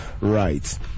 Right